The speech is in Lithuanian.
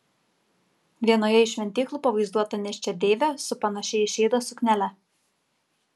vienoje iš šventyklų pavaizduota nėščia deivė su panašia į šydą suknele